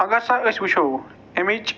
اَگر سۄ أسۍ وُچھو اَمِچ